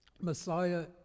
Messiah